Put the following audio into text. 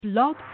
blog